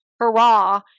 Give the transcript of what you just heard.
hurrah